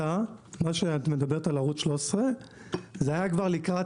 מה שאת מדברת על ערוץ 13 זה היה כבר לקראת